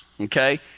okay